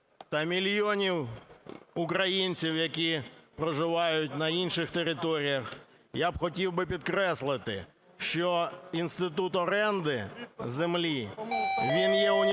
та мільйонів українців, які проживають на інших територіях, я хотів би підкреслити, що інститут оренди землі, він є універсальним